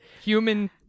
human